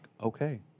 okay